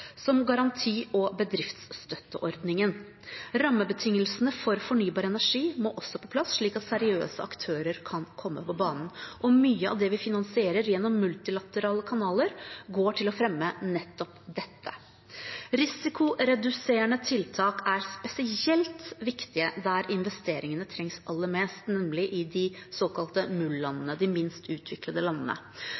som garanti- og bedriftsstøtteordningen. Rammebetingelsene for fornybar energi må også på plass slik at seriøse aktører kan komme på banen. Mye av det vi finansierer gjennom multilaterale kanaler, går til å fremme nettopp dette. Risikoreduserende tiltak er spesielt viktige der investeringene trengs aller mest – i de såkalte